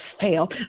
fail